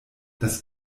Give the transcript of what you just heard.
das